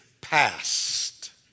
past